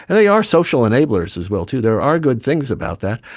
and they are social enablers as well too, there are good things about that.